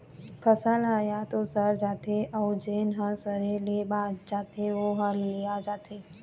फसल ह य तो सर जाथे अउ जेन ह सरे ले बाच जाथे ओ ह ललिया जाथे